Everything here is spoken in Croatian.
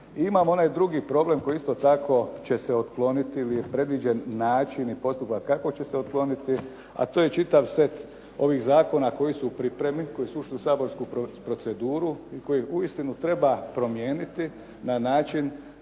Imam onaj drugi problem koji isto tako će se otkloniti ili je predviđen način i postupak kako će se otkloniti, a to je čitav set ovih zakona koji su u pripremi, koji su ušli u saborsku proceduru i koje uistinu treba promijeniti na način